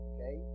Okay